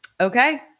Okay